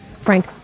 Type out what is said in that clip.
Frank